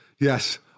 yes